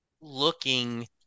looking